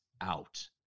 out